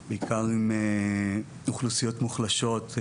בעיקר עם אוכלוסיות מוחלשות,